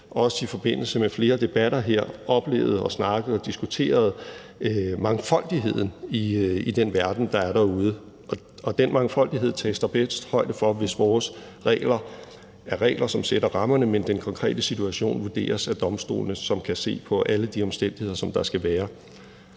også i forbindelse med flere debatter her oplevet og snakket om og diskuteret mangfoldigheden i den verden, der er derude. Og den mangfoldighed tages der bedst højde for, hvis vores regler er regler, som sætter rammerne, men hvor den konkrete situation vurderes af domstolene, som kan se på alle de omstændigheder, som der kan være.